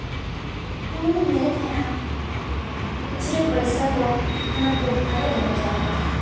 ᱩᱱᱤᱧ ᱧᱮᱞᱮ ᱛᱟᱦᱮᱸᱜᱼᱟ ᱠᱷᱩᱪᱨᱟᱹ ᱯᱚᱭᱥᱟ ᱠᱚ ᱚᱱᱟ ᱠᱩᱵ ᱵᱷᱟᱬᱨᱮᱭ ᱫᱚᱦᱚ ᱡᱟᱣᱨᱟᱭ ᱛᱟᱦᱮᱸᱜᱼᱟ